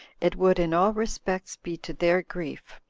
it would in all respects be to their grief,